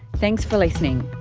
thanks for listening